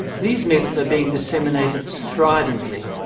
these myths are being disseminated stridently,